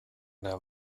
der